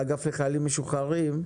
אגף חיילים משוחררים.